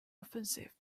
offensive